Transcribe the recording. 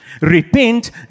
Repent